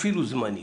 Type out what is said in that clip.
אפילו זמני.